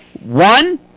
one